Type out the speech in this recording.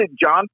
John